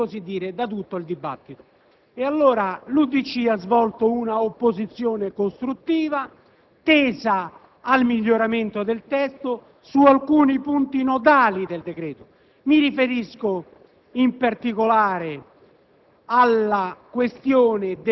stato tagliato fuori da tutto il dibattito. Allora l'UDC ha svolto una opposizione costruttiva, tesa al miglioramento del testo su alcuni punti nodali del decreto. Mi riferisco, in particolare,